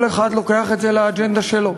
כל אחד לוקח את זה לאג'נדה שלו: